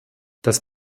das